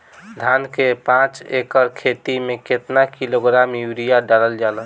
धान के पाँच एकड़ खेती में केतना किलोग्राम यूरिया डालल जाला?